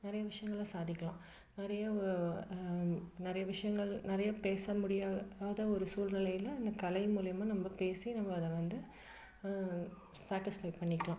நிறைய விஷயங்கள சாதிக்கலாம் நிறைய நிறைய விஷயங்கள் நிறைய பேச முடியாத ஒரு சூழ்நிலையில அந்த கலை மூலிமா நம்ம பேசி நம்ம அதை வந்து சாட்டிஸ்ஃபை பண்ணிக்கலாம்